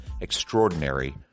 Extraordinary